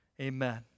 Amen